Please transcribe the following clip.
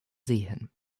sehen